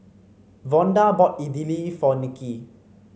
Vonda bought Idili for Nikki